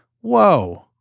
Whoa